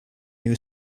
new